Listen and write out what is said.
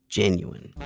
genuine